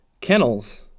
kennels